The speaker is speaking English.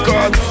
God